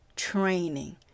Training